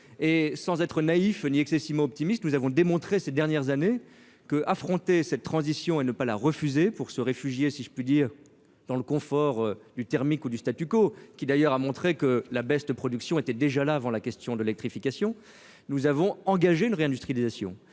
et sans être naïf ni excessivement optimiste: nous avons démontré ces dernières années que affronter cette transition et ne pas la refuser pour se réfugier, si je puis dire, dans le confort du thermique ou du statu quo qui d'ailleurs a montré que la baisse de production était déjà là avant la question de l'électrification, nous avons engagé une réindustrialisation